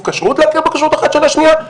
כשרות להכיר בכשרות אחת של השנייה?